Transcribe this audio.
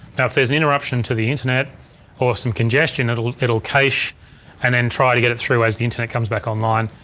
now if there's an interruption to the internet or some congestion it'll it'll cache and then try to get it through as the internet comes back online.